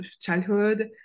childhood